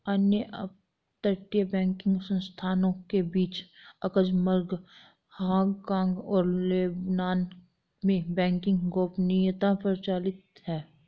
अन्य अपतटीय बैंकिंग संस्थानों के बीच लक्ज़मबर्ग, हांगकांग और लेबनान में बैंकिंग गोपनीयता प्रचलित है